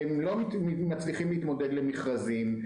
שלא מצליחים להתמודד במכרזים,